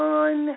on